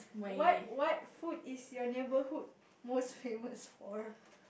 what what food is your neighborhood most famous for